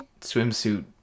swimsuit